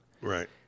right